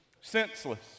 senseless